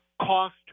cost